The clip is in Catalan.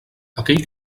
aquell